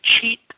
cheat